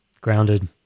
grounded